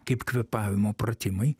kaip kvėpavimo pratimai